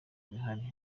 ibihari